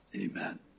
amen